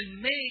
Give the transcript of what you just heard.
make